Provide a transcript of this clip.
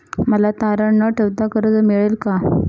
मला तारण न ठेवता कर्ज मिळेल का?